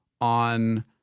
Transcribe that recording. on